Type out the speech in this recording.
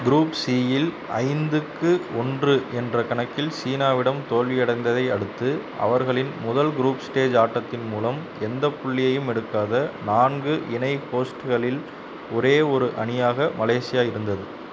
group சியில் ஐந்துக்கு ஒன்று என்ற கணக்கில் சீனாவிடம் தோல்வியடைந்ததை அடுத்து அவர்களின் முதல் குரூப் ஸ்டேஜ் ஆட்டத்தின் மூலம் எந்தப் புள்ளியையும் எடுக்காத நான்கு இணை ஹோஸ்ட்களில் ஒரே ஒரு அணியாக மலேசியா இருந்தது